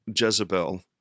Jezebel